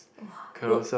[wah] good